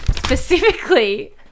Specifically